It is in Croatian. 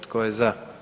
Tko je za?